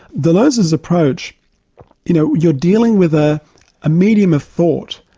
deleuze's approach you know, you're dealing with a ah medium of thought,